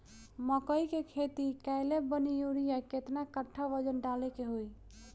मकई के खेती कैले बनी यूरिया केतना कट्ठावजन डाले के होई?